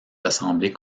assemblées